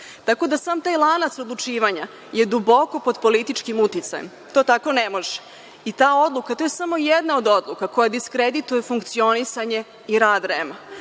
da, sam taj lanac odlučivanja je duboko pod političkim uticajem. To tako ne može, i ta odluka, to je samo jedna od odluka koje diskredituju funkcionisanje i rad REM.